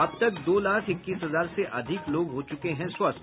अब तक दो लाख इक्कीस हजार से अधिक लोग हो चुके हैं स्वस्थ